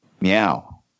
Meow